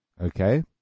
Okay